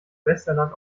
westerland